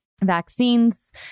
vaccines